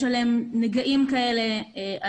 יש עליהם נגעים על הפנים,